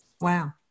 Wow